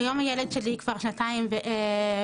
כיום הילד שלי כבר שנתיים בפנימייה.